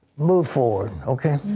move forward, okay?